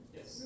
Yes